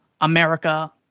America